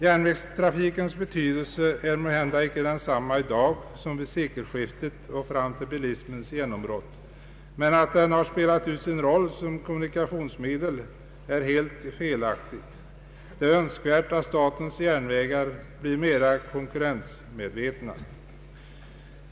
Järnvägstrafikens betydelse är måhända icke densamma i dag som vid sekelskiftet och under tiden fram till bilismens genombrott, men att järnvägen skulle ha spelat ut sin roll som kommunikationsmedel är helt felaktigt. Det är önskvärt att SJ blir mera konkurrensmedvetet.